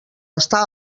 està